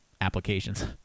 applications